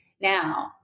Now